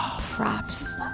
Props